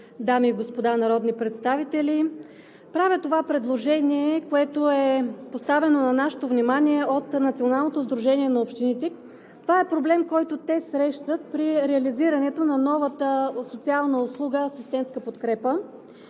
дами и господа народни представители! Правя това предложение, което е поставено на нашето внимание от Националното сдружение на общините. Това е проблем, който те срещат при реализирането на новата социална услуга „Асистентска подкрепа“.